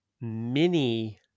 mini